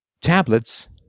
tablets